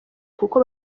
kuko